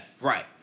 Right